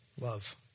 love